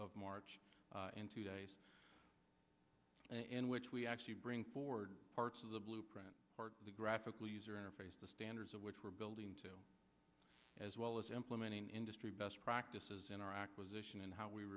of march in two days in which we actually bring forward parts of the blueprint the graphical user interface the standards of which we're building to as well as implementing industry best practices in our acquisition and how we